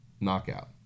knockout